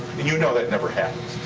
you know that never happens.